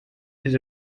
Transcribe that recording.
his